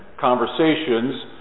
conversations